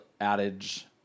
adage